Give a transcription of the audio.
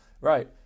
right